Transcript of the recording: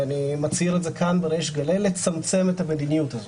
ואני מצהיר את זה כאן בריש גלי לצמצם את המדיניות הזאת.